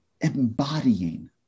Embodying